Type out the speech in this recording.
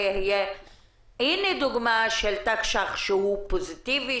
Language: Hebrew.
הנה דוגמה של תקש"ח שהוא פוזיטיבי,